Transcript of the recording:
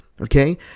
Okay